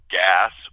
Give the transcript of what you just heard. gas